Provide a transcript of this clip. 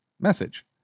message